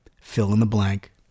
fill-in-the-blank